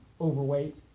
overweight